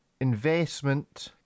investment